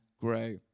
grow